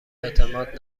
اعتماد